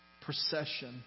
procession